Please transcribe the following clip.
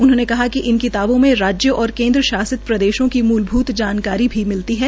उन्होंने कहा कि इन किताबों में राजयों और केन्द्र शासित प्रदेशों की मुलभुत जानकारी भी मिलती है